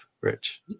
Rich